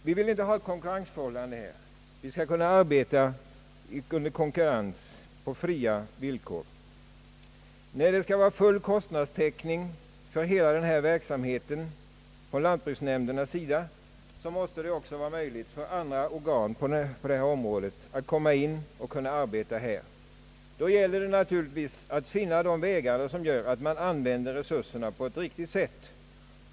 Vi vill inte ha någon konkurrensbegränsning, utan anser att man skall kunna arbeta på fria villkor. När det skall vara full kostnadstäckning för denna del av lantbruksnämndernas verksamhet, måste det också vara möjligt för andra organ på området att bedriva verksamhet. Och då gäller det naturligtvis att finna de vägar som gör att resurserna används på ett riktigt sätt.